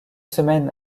semaine